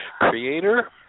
creator